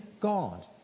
God